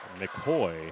McCoy